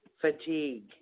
FATIGUE